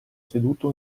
seduto